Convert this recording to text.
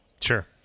Sure